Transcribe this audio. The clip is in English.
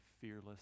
fearless